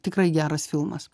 tikrai geras filmas